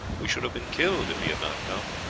we should have been killed if he had not come.